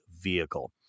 vehicle